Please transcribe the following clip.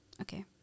okay